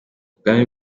ubwami